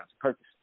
purpose